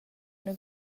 üna